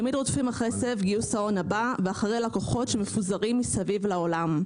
תמיד רודפים אחרי סבב גיוס ההון הבא ואחרי לקוחות שמפוזרים מסביב לעולם.